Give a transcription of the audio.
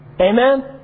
Amen